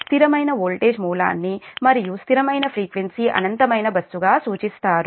స్థిరమైన వోల్టేజ్ మూలాన్నిమరియు స్థిరమైన ఫ్రీక్వెన్సీ అనంతమైన బస్సు గా సూచిస్తారు